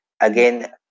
again